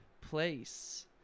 place